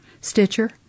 Stitcher